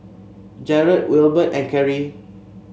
Jarod Wilbert and Kerri